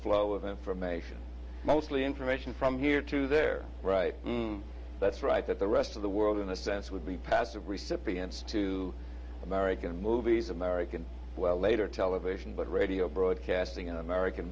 flow of information mostly information from here to there right that's right that the rest of the world in a sense would be passive recipients to american movies american well later television but radio broadcasting in american